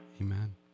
Amen